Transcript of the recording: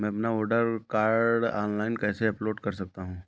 मैं अपना voter card online कैसे अपलोड कर सकता हूँ?